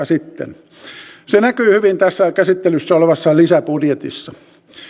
sitten se näkyy hyvin tässä käsittelyssä olevassa lisäbudjetissa